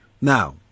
Now